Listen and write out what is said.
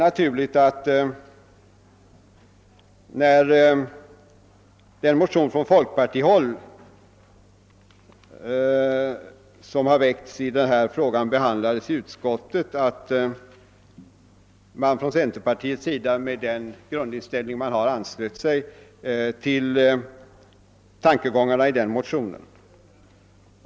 När den motion som från folkpartihåll väckts i denna fråga behandlades i utskottet anslöt sig centerpartiets representanter — naturligt nog, med den grundinställning man inom centerpartiet har till denna fråga — till tankegångarna i motionen.